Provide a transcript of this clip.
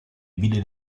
vide